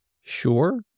Sure